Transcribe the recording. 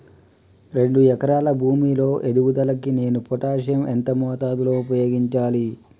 రెండు ఎకరాల భూమి లో ఎదుగుదలకి నేను పొటాషియం ఎంత మోతాదు లో ఉపయోగించాలి?